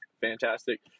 fantastic